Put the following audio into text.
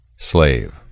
Slave